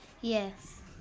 Yes